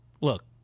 Look